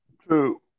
True